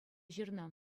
ҫырнӑ